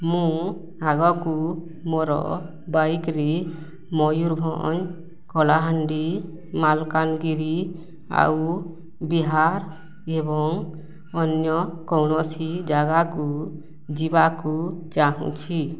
ମୁଁ ଆଗକୁ ମୋର ବାଇକ୍ରେ ମୟୂରଭଞ୍ଜ କଳାହାଣ୍ଡି ମାଲକାନଗିରି ଆଉ ବିହାର ଏବଂ ଅନ୍ୟ କୌଣସି ଜାଗାକୁ ଯିବାକୁ ଚାହୁଁଛି